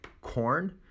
Corn